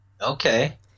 Okay